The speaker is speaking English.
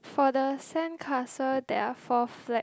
for the sandcastle there are four flags